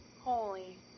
Holy